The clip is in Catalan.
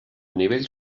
nivell